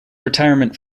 retirement